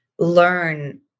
learn